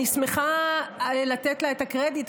אני שמחה לתת את הקרדיט,